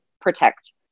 protect